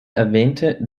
erwähnte